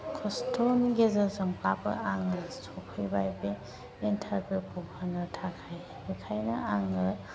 खस्त'नि गेजेरजोंबाबो आङो सफैबाय बे इन्टारभिउखौ होनो थाखाय बेनिखायनो आङो